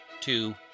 two